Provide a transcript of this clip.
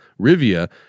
Rivia